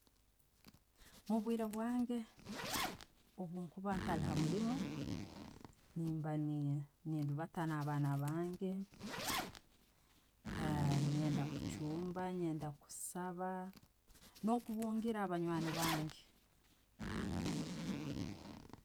Mubwiire bwange obwonkuba ntali hamuliimu, nemba nendiibata na'abbana bange, nyenda kuchumba, nyenda kusaaba no'kubungiira abanyani bange.